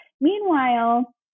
Meanwhile